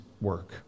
work